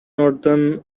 northern